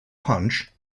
punch